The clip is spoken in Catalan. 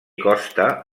costa